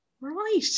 right